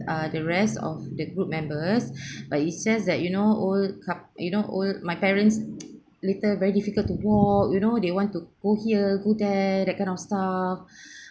uh the rest of the group members like in sense that you know old coup~ you know old my parents later very difficult to walk you know they want to go here go there that kind of stuff